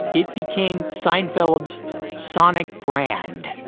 it became seinfeld's sonic brand.